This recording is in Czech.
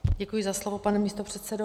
Děkuji za slovo, pane místopředsedo.